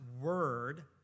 word